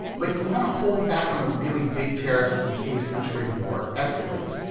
but you want to hold back on the really big tariffs in case the trade war escalates.